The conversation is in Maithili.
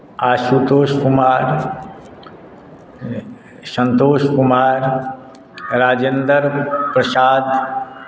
आशुतोष कुमार सन्तोष कुमार राजेन्द्र प्रसाद